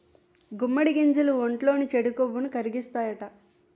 గుమ్మడి గింజలు ఒంట్లోని చెడు కొవ్వుని కరిగిత్తాయట